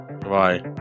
bye